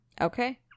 Okay